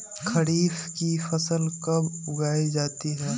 खरीफ की फसल कब उगाई जाती है?